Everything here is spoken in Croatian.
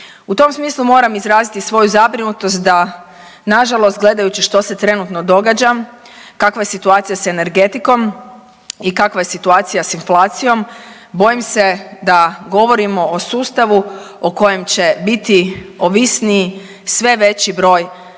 U tom smislu moram izraziti svoju zabrinutost da nažalost gledajući što se trenutno događa, kakva je situacija s energetikom i kakva je situacija s inflacijom, bojim se da govorimo o sustavu o kojem će biti ovisniji sve veći broj